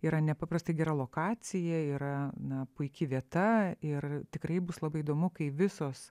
yra nepaprastai gera lokacija yra na puiki vieta ir tikrai bus labai įdomu kai visos